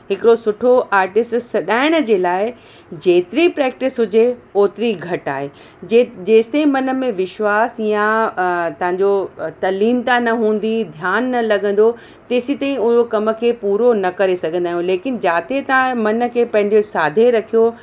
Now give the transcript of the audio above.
हिकिड़ो सुठो आर्टिस्ट सॾाइण जे लाइ जेतिरी प्रैक्टिस हुजे ओतिरी घटि आहे जे जेसिताईं मन में विश्वास यां तव्हां जो तल्लीनता न हूंदी ध्यानु न लॻंदो तेसिताईं उहो कम खे पूरो न करे सघंदा आहियूं लेकिन जिते तव्हां मन खे पंहिंजे साधे रखियो